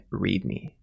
readme